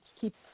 keep